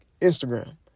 Instagram